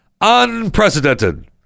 Unprecedented